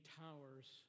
towers